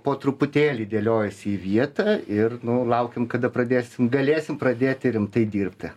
po truputėlį dėliojasi į vietą ir nu laukiam kada pradėsim galėsim pradėti rimtai dirbti